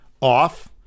off